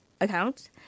account